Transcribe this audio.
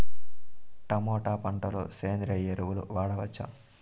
Tomato పంట లో సేంద్రియ ఎరువులు వాడవచ్చా?